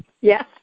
Yes